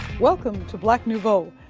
welcome to black nouveau.